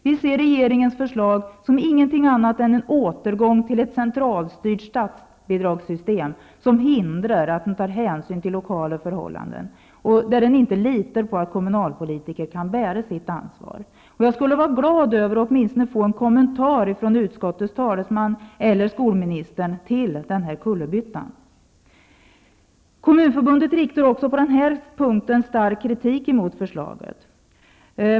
Vi ser regeringens förslag som inget annat än en återgång till ett centralstyrt statsbidragssystem som hindrar att man tar hänsyn till lokala förhållanden och där man inte litar på att kommunpolitiker kan bära sitt ansvar. Jag skulle vara glad över att åminstone få en kommentar från utskottets talesman eller skolministern till den här kullerbyttan. Kommunförbundet riktar också på den här punkten stark kritik mot förslaget.